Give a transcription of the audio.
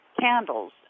candles